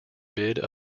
bid